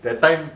that time